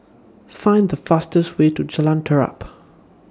Find The fastest Way to Jalan Terap